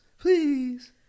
please